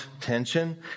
tension